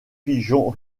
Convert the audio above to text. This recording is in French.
pigeon